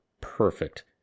perfect